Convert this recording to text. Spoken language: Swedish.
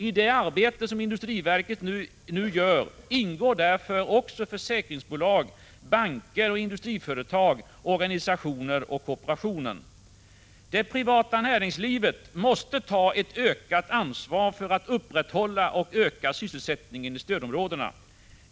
I det arbete som industriverket nu gör ingår därför också försäkringsbolag, banker, industriföretag, organisationer och kooperationen. Det privata näringslivet måste ta ett större ansvar för att upprätthålla och öka sysselsättningen i stödområdena.